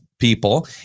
People